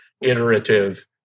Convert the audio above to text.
iterative